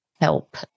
help